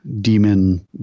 demon